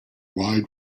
wide